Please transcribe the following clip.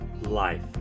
life